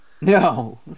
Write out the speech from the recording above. No